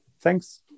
thanks